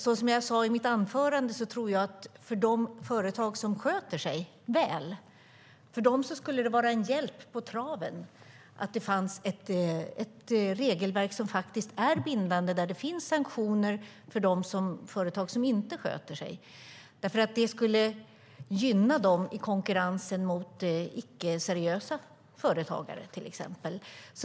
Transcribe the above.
Som jag sade i mitt anförande tror jag att för de företag som sköter sig väl skulle det vara en hjälp på vägen om det fanns ett bindande regelverk och sanktioner för de företag som inte sköter sig. Det skulle gynna dem till exempel i konkurrens med icke-seriösa företagare.